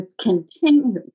continue